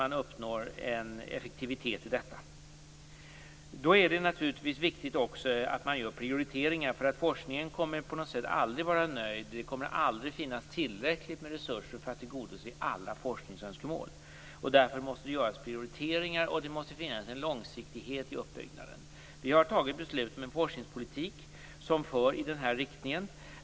Man måste uppnå en effektivitet i detta. Det är naturligtvis också viktigt att göra prioriteringar. Forskningen kommer nämligen på något sätt aldrig att vara nöjd. Det kommer aldrig att finnas tillräckligt med resurser för att tillgodose alla forskningsönskemål. Därför måste alltså prioriteringar göras, och det måste finnas en långsiktighet i uppbyggnaden. Vi har fattat beslut om en forskningspolitik som för i denna riktning.